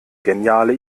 geniale